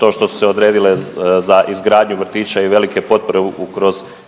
to što su se odredile za izgradnju vrtića i velike potpore kroz